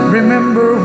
Remember